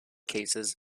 cases